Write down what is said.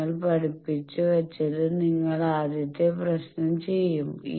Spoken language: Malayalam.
നിങ്ങളെ പഠിപ്പിച്ചത് വെച്ച് നിങ്ങൾക്ക് ആദ്യത്തെ പ്രശ്നം ചെയ്യാൻ കഴിയും